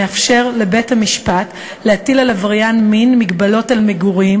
מאפשר לבית-המשפט להטיל על עבריין מין מגבלות על מגורים